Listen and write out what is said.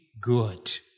good